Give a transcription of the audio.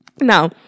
now